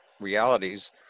realities